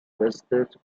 rested